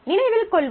நினைவில் கொள்வோம்